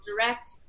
direct